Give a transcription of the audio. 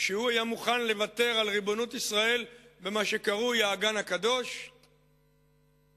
שהוא היה מוכן לוותר על ריבונות ישראל במה שקרוי "האגן הקדוש" הר-הבית,